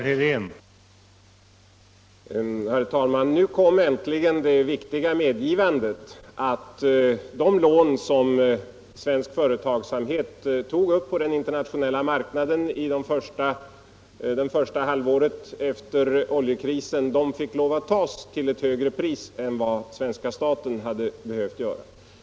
Herr talman! Nu kom äntligen det viktiga medgivandet att de lån som svensk företagsamhet tog upp på den internationella marknaden under första halvåret efter oljekrisen fick lov att tas till ett högre pris än vad svenska staten hade behövt göra.